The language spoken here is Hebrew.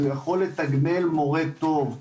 שהוא יכול לתגמל מורה טוב.